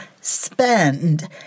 spend